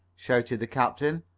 shouted the captain.